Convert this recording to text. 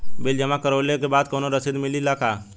Bill जमा करवले के बाद कौनो रसिद मिले ला का?